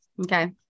Okay